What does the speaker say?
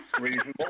Reasonable